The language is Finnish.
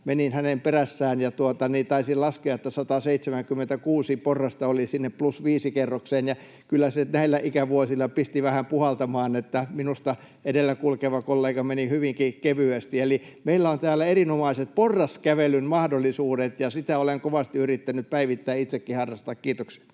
Menin hänen perässään ja taisin laskea, että 176 porrasta oli sinne +5. kerrokseen. Kyllä se näillä ikävuosilla pisti vähän puhaltamaan, ja minusta edellä kulkeva kollega meni hyvinkin kevyesti. Eli meillä on täällä erinomaiset porraskävelyn mahdollisuudet, ja sitä olen kovasti yrittänyt päivittäin itsekin harrastaa. — Kiitokset.